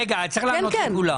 רגע, צריך לענות לכולם.